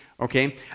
okay